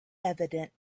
evident